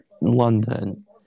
London